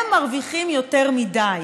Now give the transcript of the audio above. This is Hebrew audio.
הם מרוויחים יותר מדי.